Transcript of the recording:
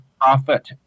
profit